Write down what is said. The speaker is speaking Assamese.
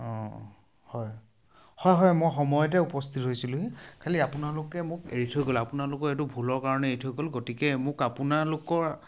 অঁ হয় হয় হয় মই সময়তে উপস্থিত হৈছিলোঁহি খালি আপোনালোকে মোক এৰি থৈ গ'ল আপোনালোকৰ এইটো ভুলৰ কাৰণে এৰি থৈ গ'ল গতিকে মোক আপোনালোকৰ